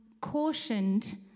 cautioned